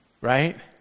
right